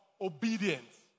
obedience